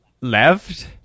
Left